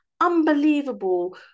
Unbelievable